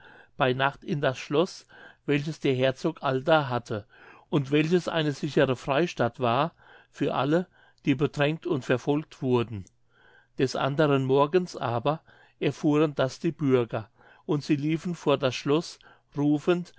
bei nacht in das schloß welches der herzog allda hatte und welches eine sichere freistatt war für alle die bedrängt und verfolgt wurden des anderen morgens aber erfuhren das die bürger und sie liefen vor das schloß rufend